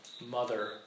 mother